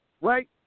Right